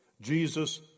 Jesus